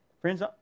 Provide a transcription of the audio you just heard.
Friends